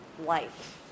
life